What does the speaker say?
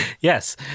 Yes